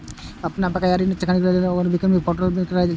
अपन बकाया ऋणक जानकारी लेल अहां कें नेट बैंकिंग पोर्टल पर लॉग इन करय पड़त